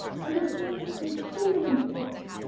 understanding is truly important,